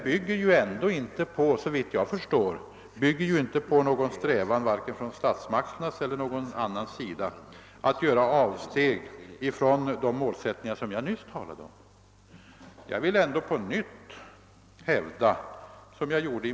Men dessa kantigheter beror inte på någon strävan från vare sig statsmakterna eller någon annan att göra avsteg från de målsättningar som jag nyss talade om.